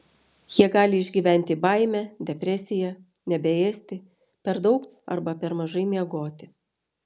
jie gali išgyventi baimę depresiją nebeėsti per daug ar per mažai miegoti